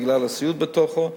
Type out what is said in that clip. בגלל הסיעוד בתוכו.